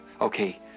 Okay